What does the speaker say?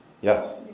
Yes